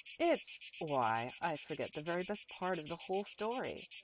it's why, i forgot the very best part of the whole story.